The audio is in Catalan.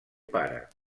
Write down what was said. pare